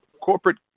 Corporate